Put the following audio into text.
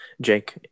Jake